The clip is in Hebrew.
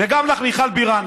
וגם לך, מיכל בירן.